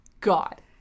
god